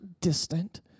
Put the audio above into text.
distant